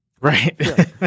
Right